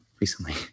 recently